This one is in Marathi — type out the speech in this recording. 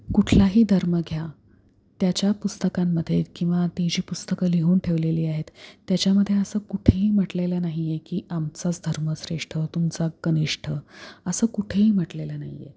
कुठलाही धर्म घ्या त्याच्या पुस्तकांमध्ये किंवा ती जी पुस्तकं लिहून ठेवलेली आहेत त्याच्यामधे असं कुठेही म्हटलेलं नाही आहे की आमचाच धर्म श्रेष्ठ तुमचा कनिष्ठ असं कुठेही म्हटलेलं नाही आहे